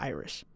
Irish